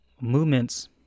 movements